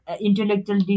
intellectual